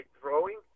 throwing